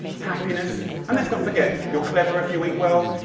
happiness and let's not forget, you're clever if you eat well,